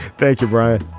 thank you brian